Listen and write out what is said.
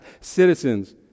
citizens